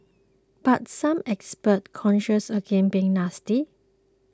but some experts cautioned against being hasty